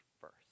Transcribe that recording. first